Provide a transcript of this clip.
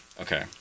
Okay